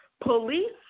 Police